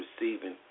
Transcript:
receiving